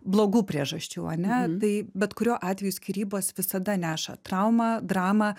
blogų priežasčių ane tai bet kuriuo atveju skyrybos visada neša traumą dramą